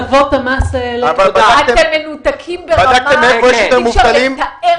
אתם מנותקים ברמה שאי אפשר לתאר.